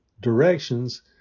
directions